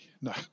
no